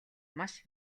маш